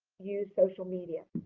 use social media.